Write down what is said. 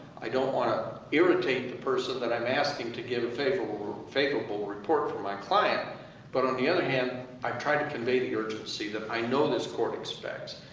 i don't want to irritate the person that i'm asking to give a favorable favorable report for my client but on the other hand, i've tried to convey the urgency that i know this court expects.